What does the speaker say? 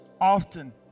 often